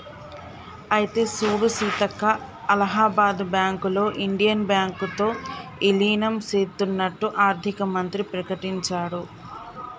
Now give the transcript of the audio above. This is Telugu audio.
అయితే సూడు సీతక్క అలహాబాద్ బ్యాంకులో ఇండియన్ బ్యాంకు తో ఇలీనం సేత్తన్నట్టు ఆర్థిక మంత్రి ప్రకటించాడు